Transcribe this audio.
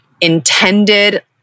intended